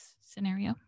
scenario